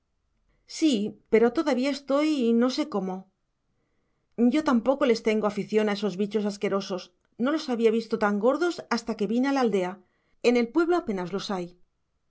sí pero todavía estoy no sé cómo yo tampoco les tengo afición a esos bichos asquerosos no los había visto tan gordos hasta que vine a la aldea en el pueblo apenas los hay